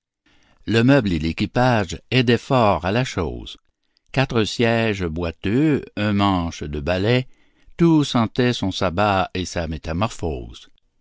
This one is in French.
le meuble et l'équipage aidaient fort à la chose quatre sièges boiteux un manche de balai tout sentait son sabbat et sa métamorphose